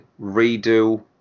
redo